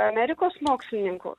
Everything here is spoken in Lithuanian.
amerikos mokslininkų